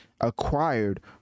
acquired